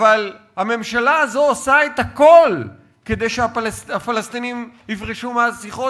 אבל הממשלה הזאת עושה את הכול כדי שהפלסטינים יפרשו מהשיחות,